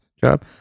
job